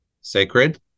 sacred